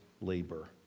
labor